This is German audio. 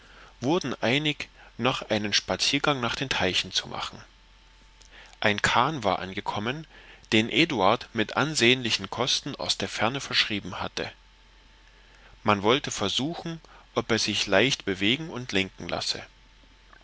wurden einig noch einen spaziergang nach den teichen zu machen ein kahn war angekommen den eduard mit ansehnlichen kosten aus der ferne verschrieben hatte man wollte versuchen ob er sich leicht bewegen und lenken lasse